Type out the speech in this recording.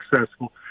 successful